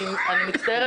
אני מצטערת,